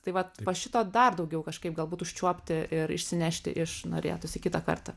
tai va po šito dar daugiau kažkaip galbūt užčiuopti ir išsinešti iš norėtųsi kitą kartą